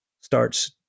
starts